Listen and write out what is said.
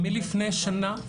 מלפני שנה,